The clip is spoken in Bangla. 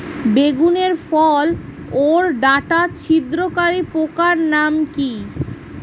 বেগুনের ফল ওর ডাটা ছিদ্রকারী পোকার নাম কি?